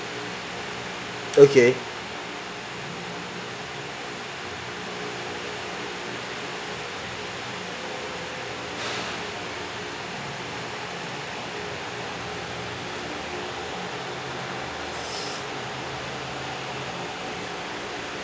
okay